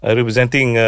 representing